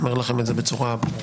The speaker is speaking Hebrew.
אני אומר לכם את זה בצורה ברורה.